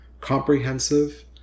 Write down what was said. comprehensive